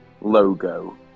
logo